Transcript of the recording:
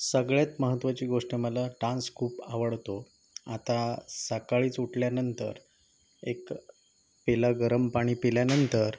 सगळ्यात महत्वाची गोष्ट मला डान्स खूप आवडतो आता सकाळीच उठल्यानंतर एक पेला गरम पाणी प्यायल्या नंतर